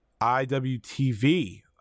IWTV